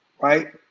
right